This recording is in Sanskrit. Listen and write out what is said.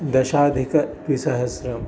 दशाधिकद्विसहस्रम्